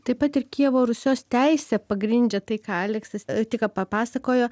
taip pat ir kijevo rusios teisė pagrindžia tai ką aleksas tik ką papasakojo